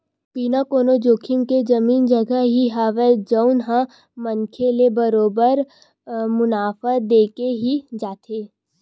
बिना कोनो जोखिम के जमीन जघा ही हवय जउन ह मनखे ल बरोबर मुनाफा देके ही जाथे